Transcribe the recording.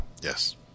yes